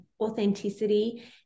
authenticity